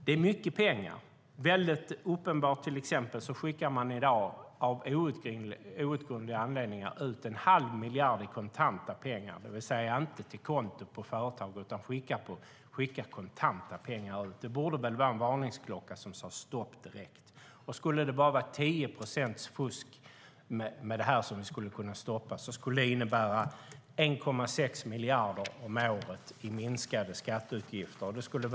Det är uppenbart att det handlar om mycket pengar. Till exempel skickar man i dag av outgrundliga anledningar ut 1⁄2 miljard i kontanta pengar, det vill säga inte till företagens konton. Det borde väl vara en varningsklocka som sade stopp direkt. Skulle det bara vara 10 procents fusk med det här skulle det innebära 1,6 miljarder om året i minskade skatteutgifter om vi stoppade det.